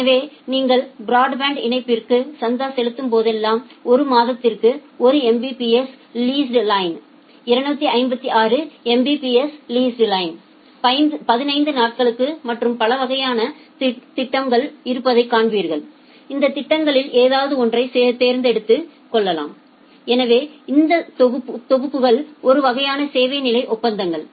எனவே நீங்கள் பிராட்பேண்ட் இணைப்பிற்கு சந்தா செலுத்தும் போதெல்லாம் 1 மாதத்திற்கு 1 Mbps leased line 256 Mbps leased line 15 நாட்களுக்கு மற்றும் பலவகையான திட்டம்கள் இருப்பதைக் காண்பீர்கள்இந்த திட்டங்களில் ஏதாவது ஒன்றை தேர்ந்தெடுத்து கொள்ளலாம் எனவே இந்த தொகுப்புகள் ஒரு வகையான சேவை நிலை ஒப்பந்தங்கள்